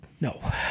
No